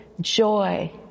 joy